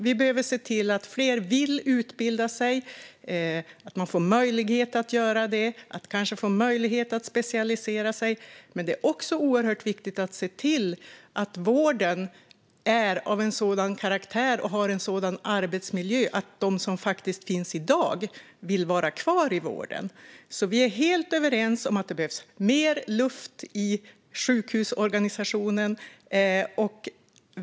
Vi behöver se till att fler vill utbilda sig, att de får möjlighet att göra det och att de kanske får möjlighet att specialisera sig. Men det är också oerhört viktigt att se till att vården är av en sådan karaktär och har en sådan arbetsmiljö att de som faktiskt finns i vården i dag vill vara kvar där. Vi är därför helt överens om att det behövs mer luft i sjukhusorganisationen.